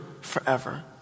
forever